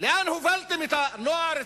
לאן הובלתם את הנוער,